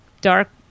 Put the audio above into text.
dark